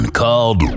called